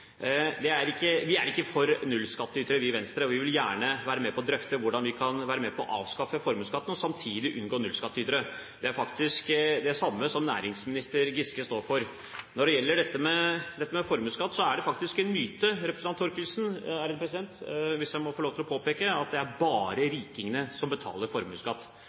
er ikke for nullskattytere, og vi vil gjerne være med på å drøfte hvordan vi kan være med på å avskaffe formuesskatten og samtidig unngå nullskattytere. Det er faktisk det samme som næringsminister Giske står for. Når det gjelder dette med formuesskatt, så er det faktisk en myte, representant Thorkildsen, hvis jeg får lov til å påpeke det, at det bare er rikingene som betaler formuesskatt.